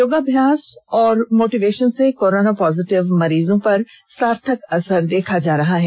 योगाम्यास व मोटिवेशन से corona positive मरीजों पर सार्थक असर देखा जा रहा है